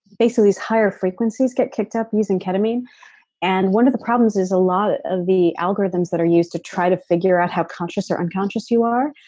basically these higher frequencies get kicked up using ketamine and one of the problems is a lot of the algorithms that are used to try to figure out how conscious or unconscious you are,